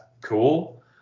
cool